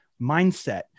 mindset